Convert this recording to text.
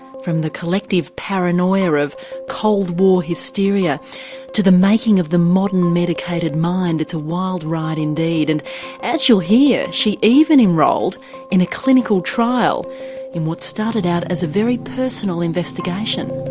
from the collective paranoia of cold war hysteria to the making of the modern medicated mind it's a wild ride indeed, and as you'll hear, she even enrolled in a clinical trial in what started out as a very personal investigation.